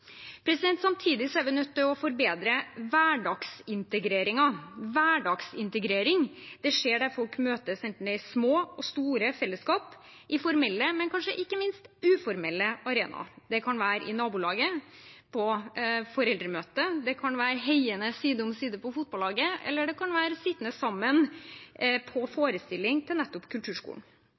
Samtidig er vi nødt til å forbedre hverdagsintegreringen. Hverdagsintegrering skjer der folk møtes, enten det er i små og store fellesskap eller på formelle og kanskje ikke minst uformelle arenaer. Det kan være i nabolaget, på foreldremøte, det kan være heiende side om side på fotballaget, eller det kan være sittende sammen på en forestilling til nettopp kulturskolen.